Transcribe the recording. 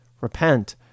Repent